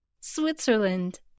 Switzerland